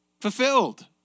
fulfilled